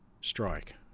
strike